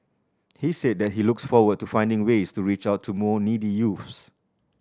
he said that he looks forward to finding ways to reach out to more needy youths